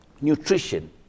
nutrition